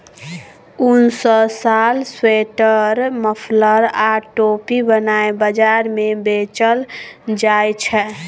उन सँ साल, स्वेटर, मफलर आ टोपी बनाए बजार मे बेचल जाइ छै